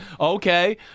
Okay